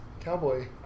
Cowboy